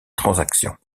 transactions